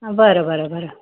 हां बरं बरं बरं